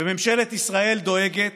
וממשלת ישראל דואגת